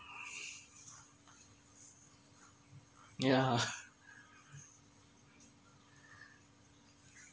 yeah